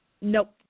Nope